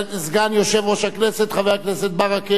שהצעת חוק שירות הקבע בצבא-הגנה לישראל (גמלאות) (תיקון 27),